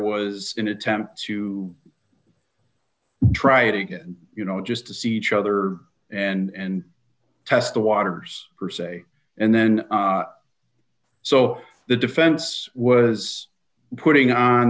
was an attempt to try it again you know just to see cho other and test the waters per se and then so the defense was putting on